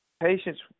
patients